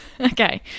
Okay